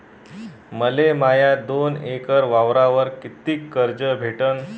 मले माया दोन एकर वावरावर कितीक कर्ज भेटन?